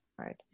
right